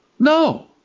No